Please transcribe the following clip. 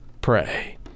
pray